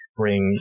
bring